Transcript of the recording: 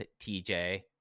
TJ